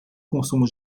consumo